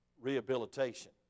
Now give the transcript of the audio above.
rehabilitation